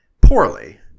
poorly